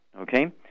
okay